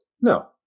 No